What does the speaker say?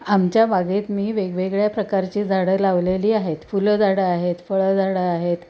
आमच्या बागेत मी वेगवेगळ्या प्रकारची झाडं लावलेली आहेत फुलं झाडं आहेत फळं झाडं आहेत